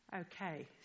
Okay